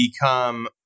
become